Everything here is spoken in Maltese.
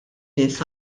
nies